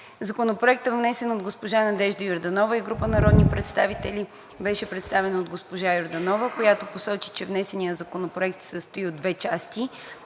Законопроектът, внесен от Надежда Йорданова и група народни представители, беше представен от госпожа Йорданова, която посочи, че внесеният законопроект се състои от две части.